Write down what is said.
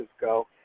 go